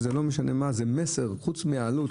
יש כאן מסר חוץ מהעלות.